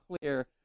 clear